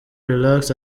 relax